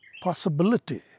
possibility